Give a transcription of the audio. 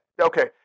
Okay